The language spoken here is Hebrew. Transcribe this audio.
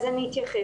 אז אני התייחס.